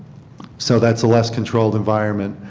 so that is a less controlled environment.